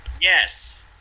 Yes